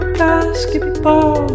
basketball